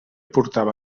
portava